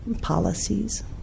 policies